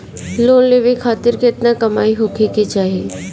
Loan लेवे खातिर केतना कमाई होखे के चाही?